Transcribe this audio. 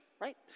right